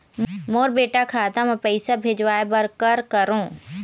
मोर बेटा खाता मा पैसा भेजवाए बर कर करों?